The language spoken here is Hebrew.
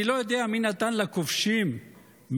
אני לא יודע מי נתן לכובשים מאירופה